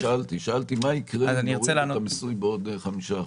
שאלתי מה יקרה אם נוריד את המיסוי בעוד חמישה אחוזים.